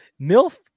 MILF